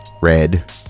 red